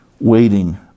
waiting